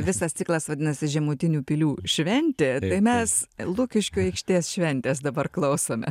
visas ciklas vadinasi žemutinių pilių šventė tai mes lukiškių aikštės šventės dabar klausome